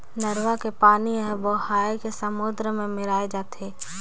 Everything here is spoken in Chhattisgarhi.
नरूवा के पानी हर बोहाए के समुन्दर मे मेराय जाथे